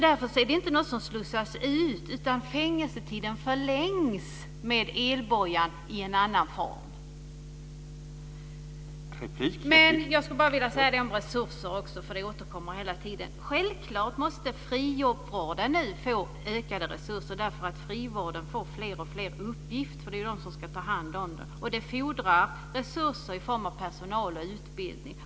Det är inte några som slussas ut, utan fängelsetiden förlängs i en annan form med elbojan. Jag skulle också vilja säga något om resurser, eftersom den frågan återkommer hela tiden. Självklart måste frivården nu få ökade resurser. Frivården får alltfler uppgifter. Det är den som ska ta hand om det. Det fordrar resurser i form av personal och utbildning.